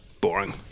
Boring